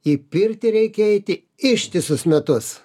į pirtį reikia eiti ištisus metus